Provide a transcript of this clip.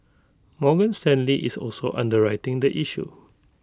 Morgan Stanley is also underwriting the issue